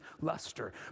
luster